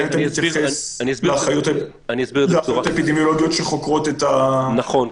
האם אתה מתייחס לאחיות האפידמיולוגיות שחוקרות --- נכון.